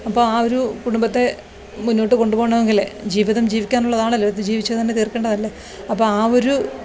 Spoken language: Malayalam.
അപ്പോൾ ആ ഒരു കുടുംബത്തെ മുന്നോട്ട് കൊണ്ടുപോകണമെങ്കിൽ ജീവിതം ജീവിക്കാനുള്ളതാണല്ലോ ഇത് ജീവിച്ച് തന്നെ തീര്ക്കണ്ടതല്ലേ അപ്പോൾ ആ ഒരു